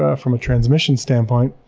ah from a transmission standpoint,